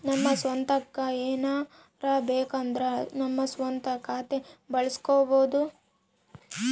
ನಮ್ಮ ಸ್ವಂತಕ್ಕ ಏನಾರಬೇಕಂದ್ರ ನಮ್ಮ ಸ್ವಂತ ಖಾತೆ ಬಳಸ್ಕೋಬೊದು